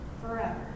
forever